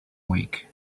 week